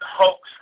hoax